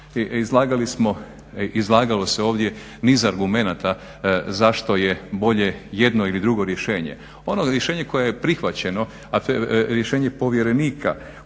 izlagalo se ovdje niz argumenata zašto je bolje jedno ili drugo rješenje. Ono rješenje koje je prihvaćeno, a to je rješenje povjerenika